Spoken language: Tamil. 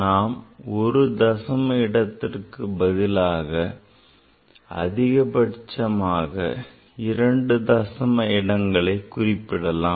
நாம் ஒரு தசம இடத்திற்கு பதிலாக அதிகபட்சமாக 2 தசம இடங்களை குறிப்பிடலாம்